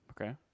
Okay